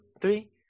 three